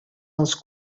als